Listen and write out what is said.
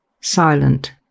silent